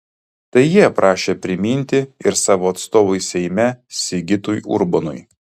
tai jie prašė priminti ir savo atstovui seime sigitui urbonui